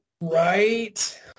Right